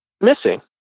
missing